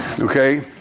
Okay